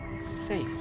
safe